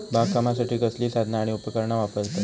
बागकामासाठी कसली साधना आणि उपकरणा वापरतत?